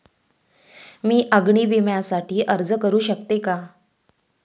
मी अग्नी विम्यासाठी अर्ज करू शकते का?